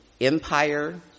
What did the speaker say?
empire